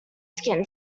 skin